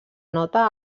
nota